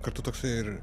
kartu toksai ir